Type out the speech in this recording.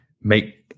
make